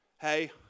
hey